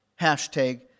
hashtag